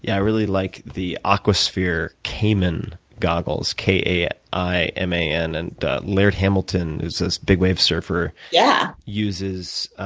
yeah i really like the aquasphere kaiman goggles k a i m a n. and laird hamilton, who's this big-wave surfer yeah uses.